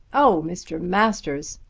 oh, mr. masters!